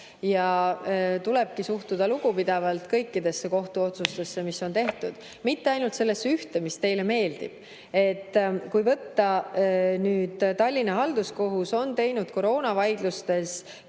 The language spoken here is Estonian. Ja tulebki suhtuda lugupidavalt kõikidesse kohtuotsustesse, mis on tehtud, mitte ainult sellesse ühte, mis teile meeldib. Tallinna Halduskohus on teinud koroonavaidlustes